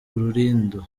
rulindo